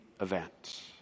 event